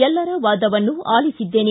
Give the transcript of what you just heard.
ಎಲ್ಲರ ವಾದವನ್ನು ಆಲಿಸಿದ್ದೇನೆ